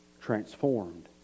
transformed